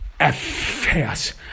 affairs